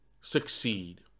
succeed